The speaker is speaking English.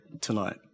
tonight